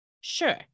Sure